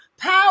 Power